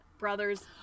Brothers